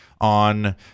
on